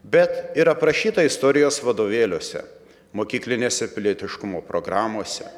bet ir aprašyta istorijos vadovėliuose mokyklinėse pilietiškumo programose